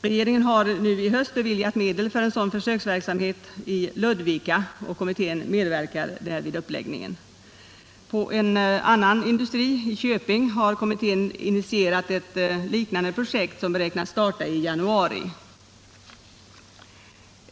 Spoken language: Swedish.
Regeringen har i höst beviljat medel för en sådan försöksverksamhet i Ludvika, där kommittén medverkar vid uppläggningen. På en annan industri, i Köping, har kommittén initierat ett liknande projekt, som beräknas starta i januari.